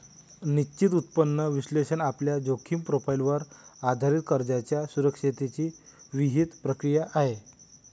निश्चित उत्पन्न विश्लेषण आपल्या जोखीम प्रोफाइलवर आधारित कर्जाच्या सुरक्षिततेची विहित प्रक्रिया आहे